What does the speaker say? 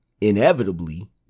inevitably